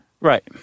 Right